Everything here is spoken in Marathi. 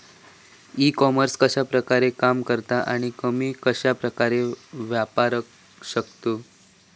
ई कॉमर्स कश्या प्रकारे काम करता आणि आमी कश्या प्रकारे वापराक शकतू?